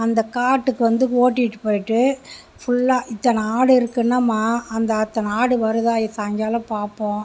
அந்த காட்டுக்கு வந்து ஓட்டிகிட்டு போயிவிட்டு ஃபுல்லாக இத்தனை ஆடு இருக்குன்னா மா அந்த அத்தனை ஆடு வருதா சாய்ங்காலம் பார்ப்போம்